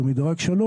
שהוא מדרג 3,